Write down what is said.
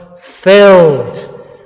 filled